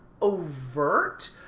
overt